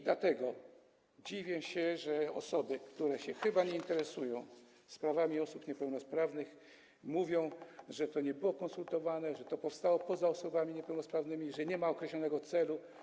Dlatego dziwię się, że osoby, które się chyba nie interesują sprawami osób niepełnosprawnych, mówią, że to nie było konsultowane, że to powstało niejako poza osobami niepełnosprawnymi i że nie ma to określonego celu.